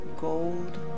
gold